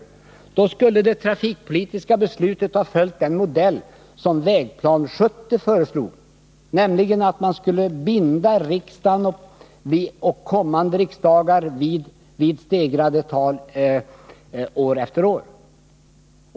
I så fall skulle det trafikpolitiska beslutet ha följt den modell som Vägplan 70 föreslog, nämligen att man skulle binda riksdagen och kommande riksdagar vid stegrade tal år efter år.